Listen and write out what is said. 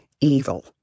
evil